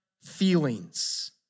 feelings